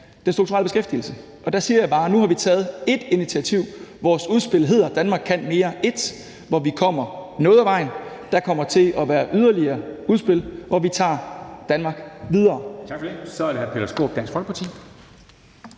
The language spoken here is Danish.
den strukturelle beskæftigelse, og der siger jeg bare, at nu har vi taget ét initiativ – vores udspil hedder: »Danmark kan mere I« – hvor vi kommer noget af vejen. Der kommer til at være yderligere udspil, hvor vi tager Danmark videre.